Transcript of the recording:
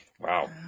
Wow